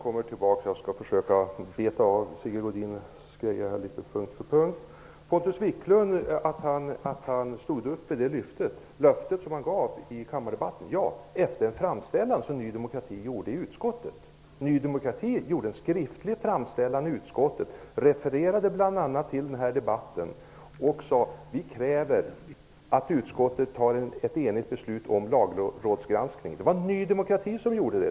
Herr talman! Jag skall försöka att beta av de frågor som Sigge Godin tog upp punkt för punkt. Pontus Wiklund stod upp för det löfte som han gav i kammardebatten efter en framställan från Ny demokrati i utskottet. Ny demokrati gjorde en skriftlig framställan i utskottet där vi bl.a. refererade till den här debatten och krävde att utskottet fattade ett enigt beslut om lagrådsgranskning. Det var Ny demokrati som gjorde det.